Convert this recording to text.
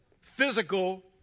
physical